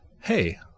hey